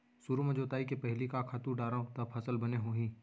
सुरु म जोताई के पहिली का खातू डारव त फसल बने होही?